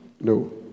No